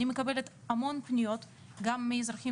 אני מקבלת המון פניות גם מאזרחים